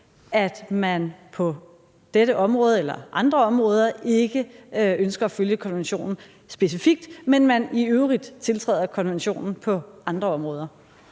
at man på dette område eller andre områder ikke ønsker at følge konventionen specifikt, men at man i øvrigt tiltræder konventionen på andre områder?